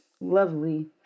lovely